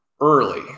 early